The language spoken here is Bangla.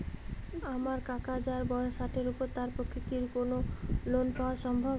আমার কাকা যাঁর বয়স ষাটের উপর তাঁর পক্ষে কি লোন পাওয়া সম্ভব?